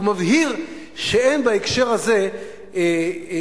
הוא מבהיר שאין בהקשר הזה שינוי.